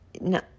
No